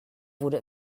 wurde